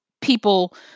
people